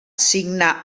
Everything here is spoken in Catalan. signà